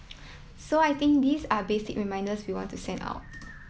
so I think these are basic reminders we want to send out